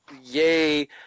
yay